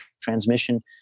transmission